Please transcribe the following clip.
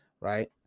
Right